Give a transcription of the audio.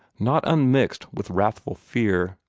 not unmixed with wrathful fear.